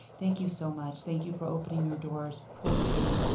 thank you so much. thank you for opening your doors for free.